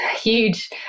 huge